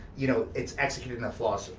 you know, it's executed in a flawless